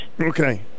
Okay